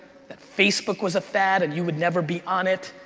that facebook was a fad and you would never be on it,